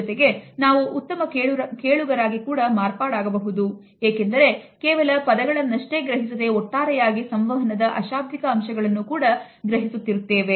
ಜೊತೆಗೆ ನಾವು ಉತ್ತಮ ಕೇಳುಗರಾಗಿ ಕೂಡ ಮಾರ್ಪಾಡಾಗಬಹುದು ಏಕೆಂದರೆ ಕೇವಲ ಪದಗಳನ್ನಷ್ಟೇ ಗ್ರಹಿಸದೆ ಒಟ್ಟಾರೆಯಾಗಿ ಸಂವಹನದ ಅಶಾಬ್ದಿಕ ಅಂಶಗಳನ್ನು ಕೂಡ ಗ್ರಹಿಸುತ್ತಿರುತ್ತೆವೆ